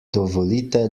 dovolite